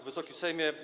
Wysoki Sejmie!